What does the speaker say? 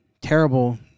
terrible